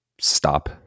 stop